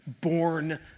born